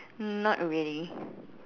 not really